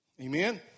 Amen